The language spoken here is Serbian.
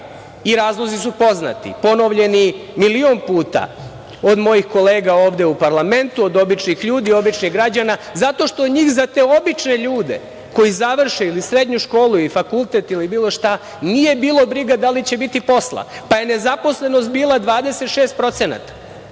Razlozi su poznati, ponovljeni milion puta od mojih kolega ovde u parlamentu, od običnih ljudi, običnih građana, zato što njih za te obične ljude koji završe ili srednju školu i fakultet ili bilo šta, nije bilo briga da li će biti posla, pa je nezaposlenost bila 26%.Morate